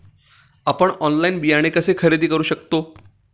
आपण ऑनलाइन बियाणे कसे खरेदी करू शकतो?